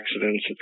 accidents